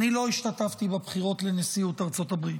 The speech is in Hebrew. אני לא השתתפתי בבחירות לנשיאות ארצות הברית.